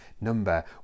number